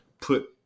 put